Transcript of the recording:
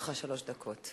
לרשותך שלוש דקות.